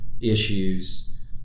issues